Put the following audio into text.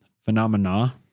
phenomena